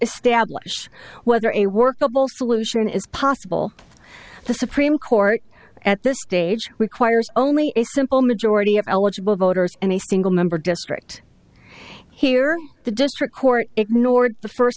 establish whether a workable solution is possible the supreme court at this stage requires only a simple majority of eligible voters and a single member district here the district court ignored the first